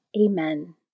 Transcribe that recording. Amen